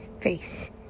face